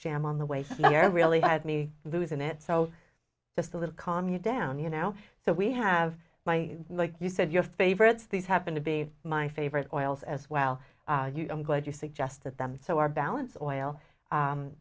jam on the way there really had me losing it so there's a little calm you down you know so we have my like you said your favorites these happen to be my favorite oils as well i'm glad you suggested them so our balance oil